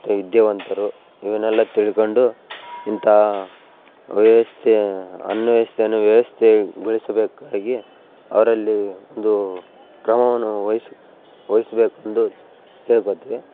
ಮತ್ತು ವಿದ್ಯಾವಂತರು ಇವುನೆಲ್ಲಾ ತಿಳ್ಕೊಂಡು ಇಂಥಾ ವ್ಯವಸ್ಥೆಯ ಅವ್ಯವಸ್ಥೆಯನ್ನು ವ್ಯವಸ್ಥೆಗೊಳಿಸಬೇಕಾಗಿ ಅವರಲ್ಲಿ ಒಂದು ಕ್ರಮವನ್ನು ವಹಿಸ್ ವಹಿಸ್ಬೇಕ್ ಎಂದು ಕೇಳ್ಕೋತೀವಿ